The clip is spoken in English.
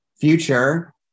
future